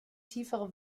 tiefere